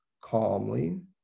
calmly